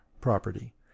property